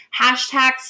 hashtags